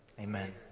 amen